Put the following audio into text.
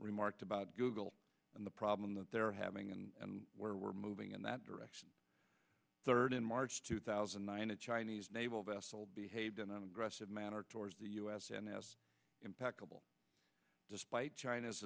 remarked about google and the problem that they're having and where we're moving in that direction third in march two thousand and nine a chinese naval vessel behaved in an aggressive manner towards the us and has impeccable despite china's